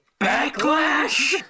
backlash